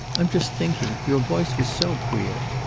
i'm just thinking. your voice was so queer.